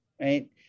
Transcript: right